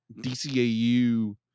DCAU